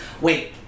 Wait